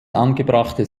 angebrachte